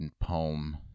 poem